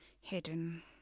hidden